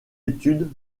études